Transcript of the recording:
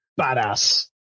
Badass